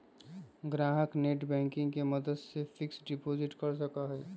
ग्राहक नेटबैंकिंग के मदद से फिक्स्ड डिपाजिट कर सका हई